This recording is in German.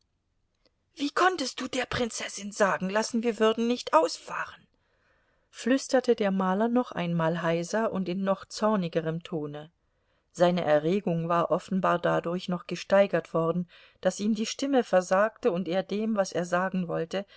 wie konntest du der prinzessin sagen lassen wir würden nicht ausfahren flüsterte der maler noch einmal heiser und in noch zornigerem tone seine erregung war offenbar dadurch noch gesteigert worden daß ihm die stimme versagte und er dem was er sagen wollte